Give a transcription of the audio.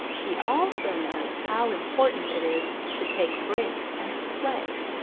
he also knows how important it is to take breaks and play.